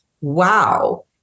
wow